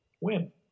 Win